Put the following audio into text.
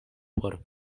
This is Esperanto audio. por